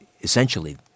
essentially